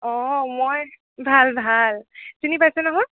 অঁ মই ভাল ভাল চিনি পাইছে নহয়